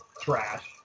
trash